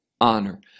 honor